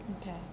Okay